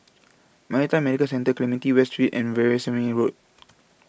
Maritime Medical Centre Clementi West Street and Veerasamy Road